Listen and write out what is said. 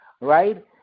right